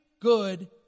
good